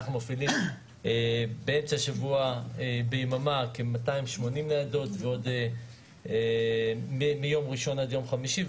אנחנו מפעילים ביממה באמצע השבוע כ-280 ניידות מיום ראשון עד יום חמישי,